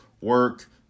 Work